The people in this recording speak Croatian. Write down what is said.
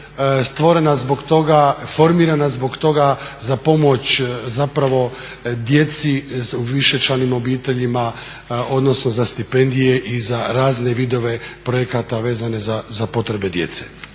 stvorena zbog toga, formirana zbog toga za pomoć zapravo djeci u višečlanim obiteljima, odnosno za stipendije i za rane vidove projekata vezane za potrebe djece.